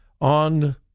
on